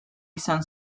izan